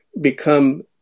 become